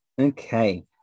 Okay